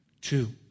Two